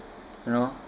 you know